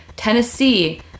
Tennessee